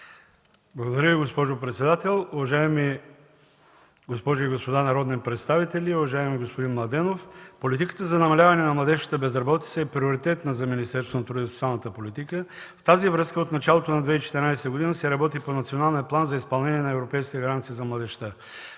Благодаря, госпожо председател. Уважаеми госпожи и господа народни представители, уважаеми господин Младенов! Политиката за намаляване на младежката безработица е приоритетна за Министерството на труда и социалната политика. В тази връзка от началото на 2014 г. се работи по Националния план за изпълнение на европейска гаранция за младежта.